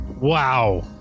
wow